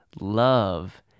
love